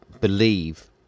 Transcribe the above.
believe